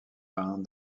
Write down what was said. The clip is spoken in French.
peints